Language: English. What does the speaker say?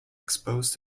exposed